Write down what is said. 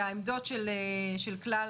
והעמדות של כלל